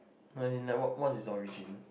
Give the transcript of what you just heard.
no is in like work work is origin